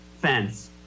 Fence